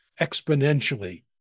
exponentially